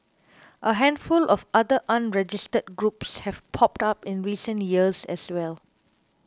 a handful of other unregistered groups have popped up in recent years as well